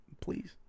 Please